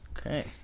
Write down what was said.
Okay